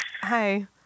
hi